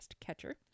catcher